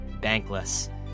bankless